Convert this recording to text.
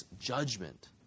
judgment